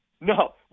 No